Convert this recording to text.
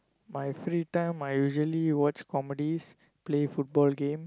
my free time I usually watch comedies play football game